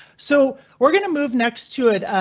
so we're going to move next to it.